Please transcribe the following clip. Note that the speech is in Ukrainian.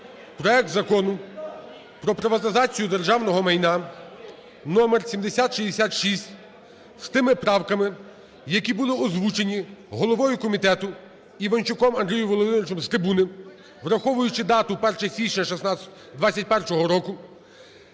проект Закону про приватизацію державного майна (№ 7066) з тими правками, які були озвучені головою комітету Іванчуком Андрієм Володимировичем з трибуни, враховуючи дату 1 січня 2021 року,